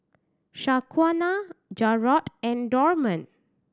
Shaquana Jarrod and Dorman